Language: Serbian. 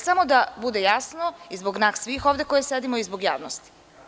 Samo da bude jasno i zbog nas svih ovde koji sedimo i zbog javnosti.